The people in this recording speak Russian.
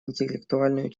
интеллектуальную